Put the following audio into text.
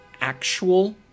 actual